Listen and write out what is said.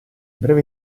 breve